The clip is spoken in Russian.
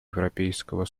европейского